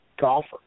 golfer